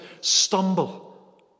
stumble